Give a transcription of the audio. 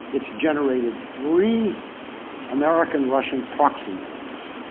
it's generated three american-russian proxy wars,